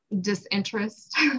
disinterest